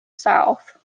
south